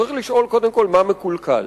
צריך לשאול קודם כול מה מקולקל.